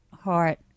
heart